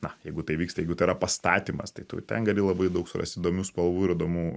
na jeigu tai vyksta jeigu tai yra pastatymas tai tu ten gali labai daug surasti įdomių spalvų ir įdomių